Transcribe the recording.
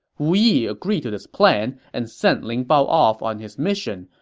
wu yi agreed to this plan and sent ling bao off on his mission,